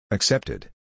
Accepted